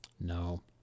No